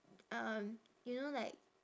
um you know like